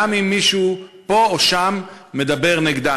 גם אם מישהו פה או שם מדבר נגדה.